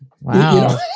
Wow